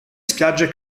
spiagge